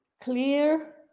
clear